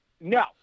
No